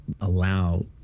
allow